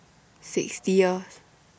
sixtieth